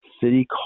city